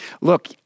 Look